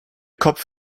kopf